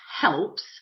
helps